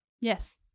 Yes